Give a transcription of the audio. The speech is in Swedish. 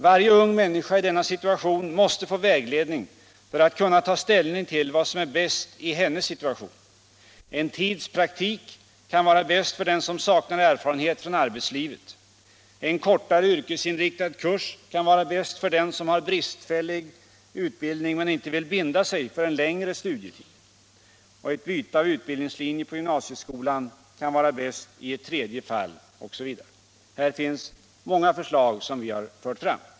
Varje ung människa i denna situation måste få vägledning för att kunna ta ställning till vad som är bäst i hennes situation. En tids praktik kan vara bäst för den som saknar erfarenhet från arbetslivet. En kortare yrkesinriktad kurs kan vara bäst för den som har bristfällig utbildning men inte vill binda sig för en längre studietid. Ett byte av utbildningslinje på gymnasieskolan kan vara bäst i ett tredje fall osv. Här finns många förslag som vi har fört fram.